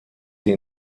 sie